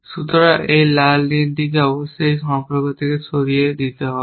সুতরাং এই লাল নীলটিকে অবশ্যই এই সম্পর্ক থেকে সরিয়ে দিতে হবে